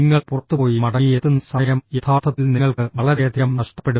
നിങ്ങൾ പുറത്തുപോയി മടങ്ങിയെത്തുന്ന സമയം യഥാർത്ഥത്തിൽ നിങ്ങൾക്ക് വളരെയധികം നഷ്ടപ്പെടും